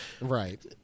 Right